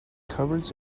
covers